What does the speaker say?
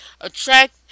attract